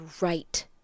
right